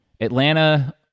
Atlanta